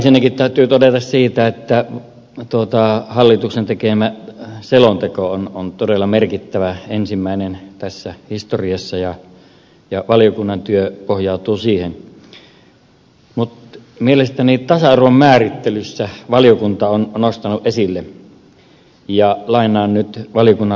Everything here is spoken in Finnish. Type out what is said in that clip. ensinnäkin täytyy todeta siitä että hallituksen tekemä selonteko on todella merkittävä ensimmäinen tässä historiassa ja valiokunnan työ pohjautuu siihen mutta mielestäni tasa arvon määrittelyssä valiokunta on nostanut esille ja lainaan nyt valiokunnan lausunnosta